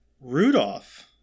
Rudolph